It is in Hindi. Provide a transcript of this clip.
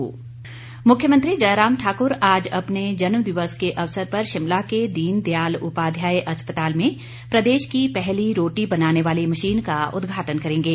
मुख्यमंत्री मुख्यमंत्री जयराम ठाक्र आज अपने जन्मदिवस के अवसर पर शिमला के दीन दयाल उपाध्याय अस्पताल में प्रदेश की पहली रोटी बनाने वाली मशीन का उदघाटन करेंगे